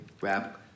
rap